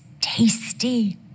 tasty